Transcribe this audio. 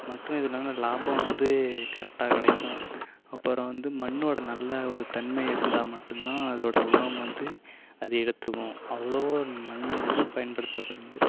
மற்றும் இதனால லாபம் வந்து கரெட்டாக கிடைக்கும் அப்புறம் வந்து மண்ணோட நல்ல ஒரு தன்மை இருந்தால் மட்டும் தான் அதோட உரம் வந்து அதை எடுத்துக்கும் அவ்ளோவு மண் வந்து பயன்படுத்தப்படுது